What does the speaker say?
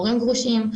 הורים גרושים,